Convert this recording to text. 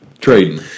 trading